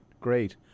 great